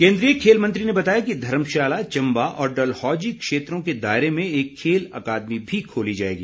केन्द्रीय खेल मंत्री ने बताया कि धर्मशाला चम्बा और डलहौजी क्षेत्रों के दायरे में एक खेल अकादमी भी खोली जाएगी